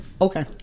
okay